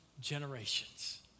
generations